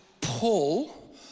pull